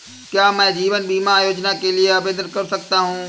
क्या मैं जीवन बीमा योजना के लिए आवेदन कर सकता हूँ?